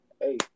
Hey